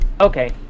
Okay